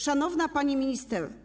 Szanowna Pani Minister!